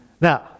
Now